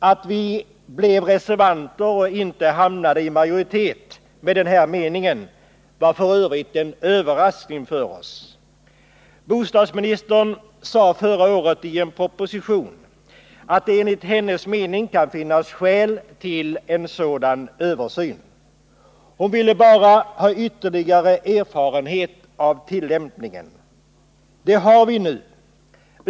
Att vi blev reservanter och inte hamnade i majoritet med den här meningen var f. ö. en överraskning för oss. Bostadsministern sade förra året i en proposition att det enligt hennes mening kan finnas skäl till en sådan översyn. Hon ville bara ha ytterligare erfarenhet av tillämpningen. Det har vi nu.